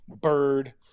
Bird